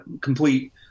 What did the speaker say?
complete